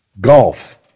Golf